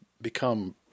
become